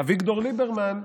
אביגדור ליברמן,